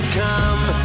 come